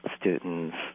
students